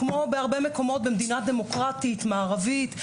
כמו בהרבה מקומות במדינה דמוקרטית מערבית.